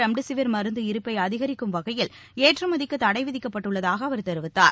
remdesivir உள்ளூரில் இருப்பை அதிகரிக்கும் வகையில் ஏற்றுமதிக்கு தடைவிதிக்கப்பட்டுள்ளதாக அவர் தெரிவித்தார்